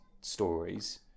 stories